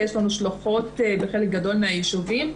ויש לנו שלוחות בחלק גדול מן הישובים.